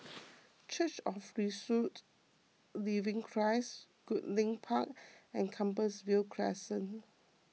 Church of Resurrected Living Christ Goodlink Park and Compassvale Crescent